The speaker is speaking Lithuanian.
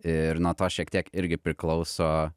ir nuo to šiek tiek irgi priklauso